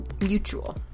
mutual